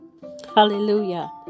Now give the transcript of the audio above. Hallelujah